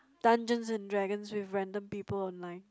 Dungeons and Dragons with random people online